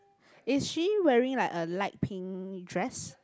is she wearing like a light pink dress